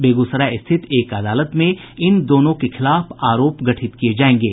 बेगूसराय स्थित एक अदालत में इन दोनों के खिलाफ आरोप गठित किये जायेंगे